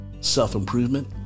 self-improvement